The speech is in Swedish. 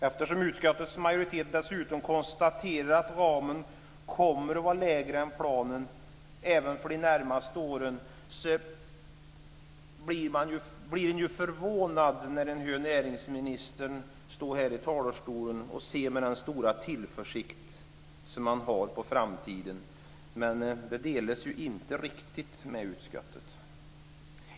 Eftersom utskottets majoritet dessutom konstaterar att ramarna kommer att vara lägre än planen även för de närmaste åren blir man ju förvånad när man hör näringsministern stå här i talarstolen och säga att han ser med stor tillförsikt på framtiden. Den delas inte riktigt av utskottet.